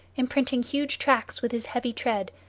imprinting huge tracks with his heavy tread,